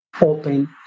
open